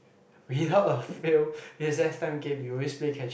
without a fail recees time we always play catching